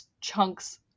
chunks